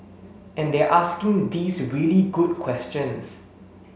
and they're asking these really good questions